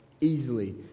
easily